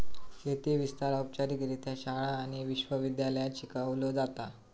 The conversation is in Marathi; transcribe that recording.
शेती विस्तार औपचारिकरित्या शाळा आणि विश्व विद्यालयांत शिकवलो जाता